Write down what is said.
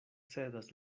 cedas